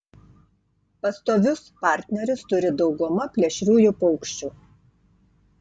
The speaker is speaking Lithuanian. pastovius partnerius turi dauguma plėšriųjų paukščių